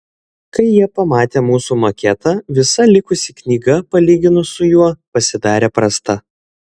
kai jie pamatė mūsų maketą visa likusi knyga palyginus su juo pasidarė prasta